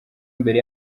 mbere